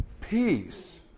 Peace